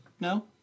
No